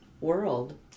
world